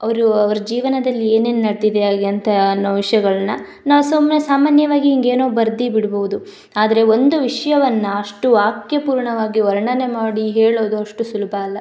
ಅವರು ಅವ್ರ ಜೀವನದಲ್ಲಿ ಏನೇನು ನಡೆದಿದೆ ಎಂತ ಅನ್ನೋ ವಿಷಯಗಳ್ನ ನಾವು ಸುಮ್ಮನೆ ಸಾಮಾನ್ಯವಾಗಿ ಹಿಂಗೇನೋ ಬರ್ದು ಬಿಡ್ಬೌದು ಆದರೆ ಒಂದು ವಿಷಯವನ್ನ ಅಷ್ಟು ವಾಕ್ಯಪೂರ್ಣವಾಗಿ ವರ್ಣನೆ ಮಾಡಿ ಹೇಳೋದು ಅಷ್ಟು ಸುಲಭ ಅಲ್ಲ